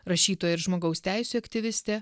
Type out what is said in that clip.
rašytoja ir žmogaus teisių aktyvistė